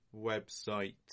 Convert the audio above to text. website